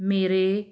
ਮੇਰੇ